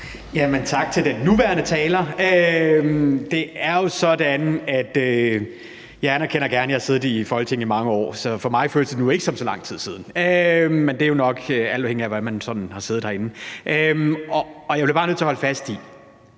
Tak til den nuværende taler. Det er jo sådan, at jeg gerne anerkender, at jeg har siddet i Folketinget i mange år, så for mig føles det nu ikke som så lang tid siden, men det er jo nok, alt afhængigt af hvor længe man har siddet herinde. Jeg bliver bare nødt til at holde fast i,